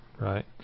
right